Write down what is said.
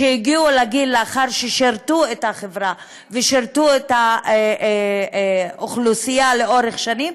שהגיעו לגיל זה לאחר ששירתו את החברה ושירתו את האוכלוסייה לאורך שנים,